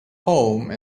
home